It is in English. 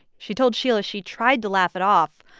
she told sheila she tried to laugh it off,